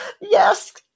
Yes